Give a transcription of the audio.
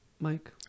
Mike